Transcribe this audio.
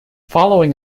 following